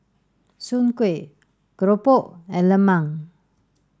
Soon Kuih Keropok and Lemang